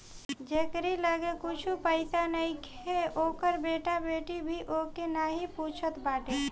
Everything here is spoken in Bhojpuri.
जेकरी लगे कुछु पईसा नईखे ओकर बेटा बेटी भी ओके नाही पूछत बाटे